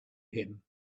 him